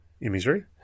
imagery